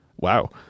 wow